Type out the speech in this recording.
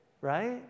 right